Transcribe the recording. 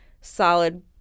solid